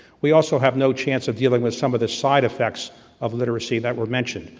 we also have no chance of dealing with some of the side effects of literacy that were mentioned.